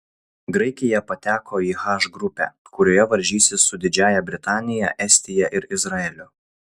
graikija pateko į h grupę kurioje varžysis su didžiąja britanija estija ir izraeliu